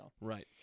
Right